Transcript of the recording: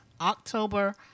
October